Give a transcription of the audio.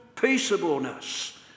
peaceableness